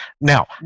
Now